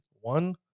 one